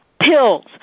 pills